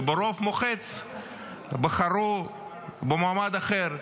וברוב מוחץ בחרו במועמד אחר,